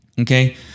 Okay